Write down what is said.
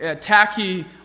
tacky